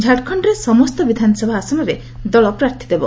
ଝାଡ଼ଖଣ୍ଡର ସମସ୍ତ ବିଧାନସଭା ଆସନରେ ଦଳ ପ୍ରାର୍ଥୀ ଦେବ